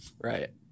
Right